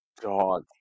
Dog